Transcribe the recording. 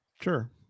Sure